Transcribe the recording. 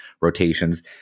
rotations